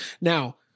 now